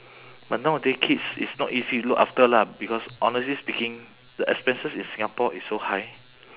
but nowadays kids it's not easy to look after lah because honestly speaking the expenses in singapore is so high